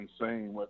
insane